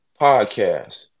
podcast